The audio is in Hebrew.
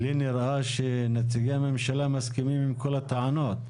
לי נראה שנציגי הממשלה מסכימים עם כל הטענות.